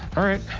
all right.